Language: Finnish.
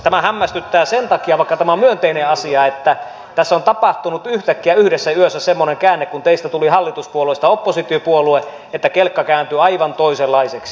tämä hämmästyttää sen takia vaikka tämä on myönteinen asia että tässä on tapahtunut yhtäkkiä yhdessä yössä kun teistä tuli hallituspuolueesta oppositiopuolue semmoinen käänne että kelkka kääntyi aivan toisenlaiseksi